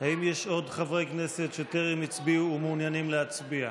האם יש עוד חברי כנסת שטרם הצביעו ומעוניינים להצביע?